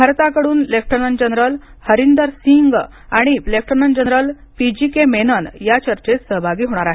भारताकडून lieutenant general Harinder Singh आणि lieutenant general P G K Menon या चर्चेत सहभागी होणार आहेत